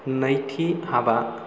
नैथि हाबा